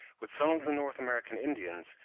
with some of the north american indians,